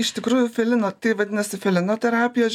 iš tikrųjų feline tai vadinasi feline terapijos